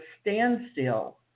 standstill